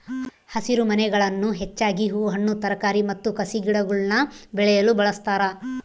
ಹಸಿರುಮನೆಗಳನ್ನು ಹೆಚ್ಚಾಗಿ ಹೂ ಹಣ್ಣು ತರಕಾರಿ ಮತ್ತು ಕಸಿಗಿಡಗುಳ್ನ ಬೆಳೆಯಲು ಬಳಸ್ತಾರ